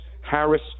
Harris